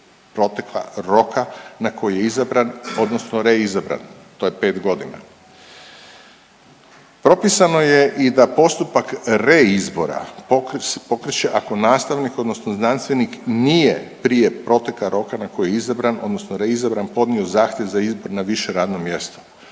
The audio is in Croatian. proteka roka na koji je izabran, odnosno reizabran. To je 5 godina. Propisano je i da postupak reizbora pokreće ako nastavnik, odnosno znanstvenik nije prije proteka roka na koji je izabran, odnosno reizabran podnio zahtjev za izbor na više radno mjesto.